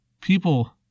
People